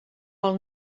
pel